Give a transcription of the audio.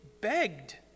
begged